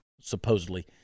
supposedly